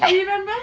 you remember